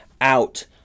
out